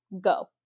go